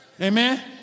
Amen